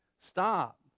Stop